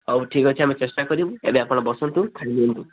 ହଉ ଠିକ୍ ଅଛି ଆମେ ଚେଷ୍ଟା କରିବୁ ଏବେ ଆପଣ ବସନ୍ତୁ ଖାଇ ନିଅନ୍ତୁ